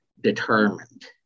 determined